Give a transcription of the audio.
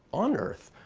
on earth?